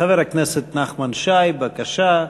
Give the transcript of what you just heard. חבר הכנסת נחמן שי, בבקשה,